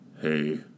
hey